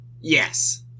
Yes